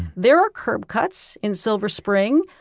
there are curb cuts in silver spring.